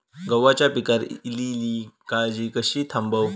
गव्हाच्या पिकार इलीली काजळी कशी थांबव?